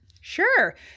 Sure